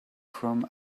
from